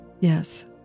Yes